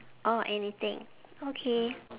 orh anything okay